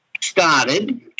started